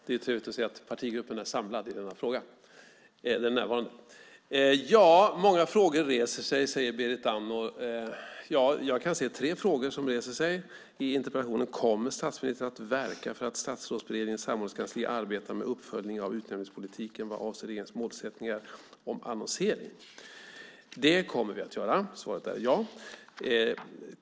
Herr talman! Det är trevligt att se att partigruppen är samlad i denna fråga och närvarande. Många frågor reses, säger Berit Andnor. Ja, jag kan se tre frågor som reses i interpellationen. Kommer statsministern att verka för att Statsrådsberedningens samordningskansli arbetar med uppföljning av utnämningspolitiken vad avser regeringens målsättningar om annonsering? Det kommer vi att göra. Svaret är ja.